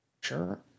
Sure